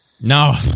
No